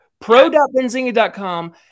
Pro.benzinga.com